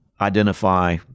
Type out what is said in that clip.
identify